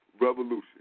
revolution